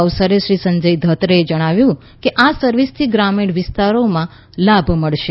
આ અવસરે શ્રી સંજય ધોત્રેએ જણાવ્યું કે આ સર્વિસથી ગ્રામિણ વિસ્તારોમાં આનો લાભ મળશે